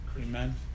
Amen